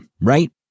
right